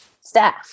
staff